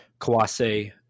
Kawase